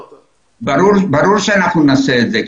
ברור שאנחנו נעשה את זה.